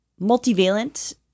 multivalent